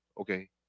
okay